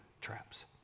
traps